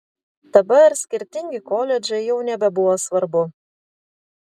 dabar skirtingi koledžai jau nebebuvo svarbu